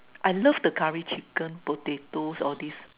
I loved the Curry Chicken potatoes all these